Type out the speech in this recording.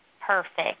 Perfect